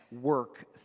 work